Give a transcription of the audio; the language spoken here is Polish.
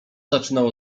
zaczynał